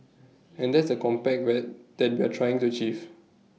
and that's the compact wet that we're trying to achieve